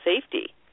safety